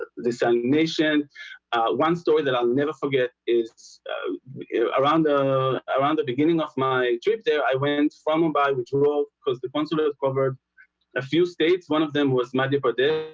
this animation, ah one story that i'll never forget is around the around the beginning of my trip there. i went from mumbai we drove because the consulate covered a few states one of them was madhya pradesh,